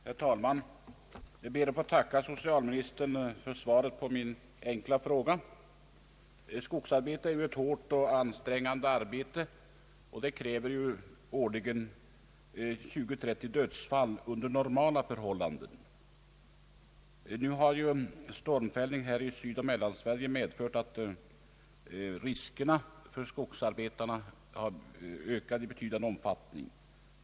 Herr talman! Jag ber att få tacka socialministern för svaret på min enkla fråga. Skogsarbete är ju ett hårt och ansträngande arbete och vållar årligen 20—30 dödsfall under normala förhållanden. Stormfällningen i Sydoch Mellansverige har nu medfört att riskerna för skogsarbetarna ökat i betydande omfattning.